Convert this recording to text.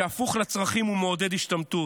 שהפוך לצרכים ומעודד השתמטות.